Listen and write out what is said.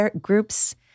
groups